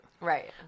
Right